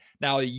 Now